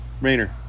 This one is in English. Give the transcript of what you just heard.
Rainer